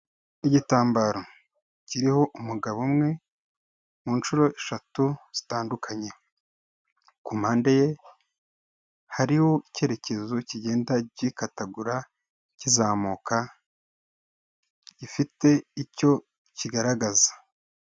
Igitambaro kiriho umugabo umwe mu nshuro eshatu zitandukanye. Ku mpande ye hariho icyerekezo kigenda gikatagura kizamuka, gifite icyo kigaragaza.